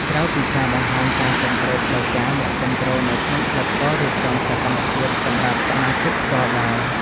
ក្រៅពីការបង្ហាញការគាំទ្រផ្លូវការ អ្នកគាំទ្រនៅក្នុងក្លឹបក៏រៀបចំសកម្មភាពសម្រាប់សមាជិកផ្ទាល់ដែរ។